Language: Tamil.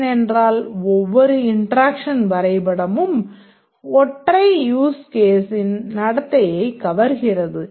ஏனென்றால் ஒவ்வொரு இன்டெராக்ஷன் வரைபடமும் ஒரு ஒற்றை யூஸ் கேசின் நடத்தையைக் கவர்கிறது